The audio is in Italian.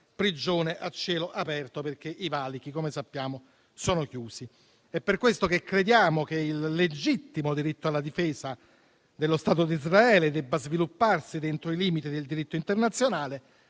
prigione a cielo aperto perché i valichi - come sappiamo - sono chiusi. È per questo che crediamo che il legittimo diritto alla difesa dello Stato di Israele debba svilupparsi dentro i limiti del diritto internazionale.